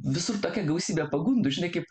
visur tokia gausybė pagundų žinai kaip